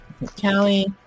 Callie